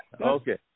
Okay